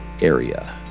area